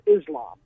Islam